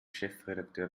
chefredakteur